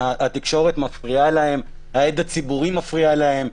התקשורת מפריעה להם, ההד הציבורי מפריע להם.